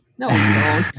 No